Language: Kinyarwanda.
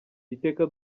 iteka